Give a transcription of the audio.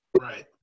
Right